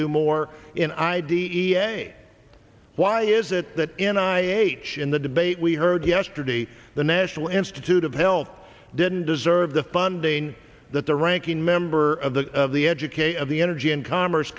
do more in i d e a why is it that n i m h in the debate we heard yesterday the national institute of health didn't deserve the funding that the ranking member of the of the educator of the energy and commerce